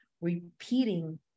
repeating